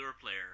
player